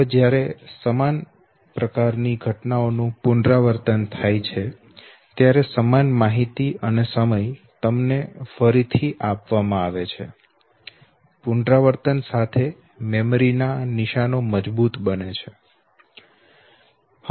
હવે જ્યારે સમાન પ્રકારની ઘટનાઓનું પુનરાવર્તન થાય છે ત્યારે સમાન માહિતી અને સમય તમને ફરીથી આપવામાં આવે છે પુનરાવર્તન સાથે મેમરી ના નિશાનો મજબૂત બને છે